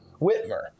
Whitmer